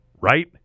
right